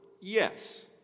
yes